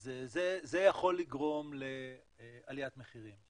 אז זה יכול לגרום לעליית מחירים.